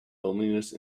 loneliness